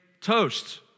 toast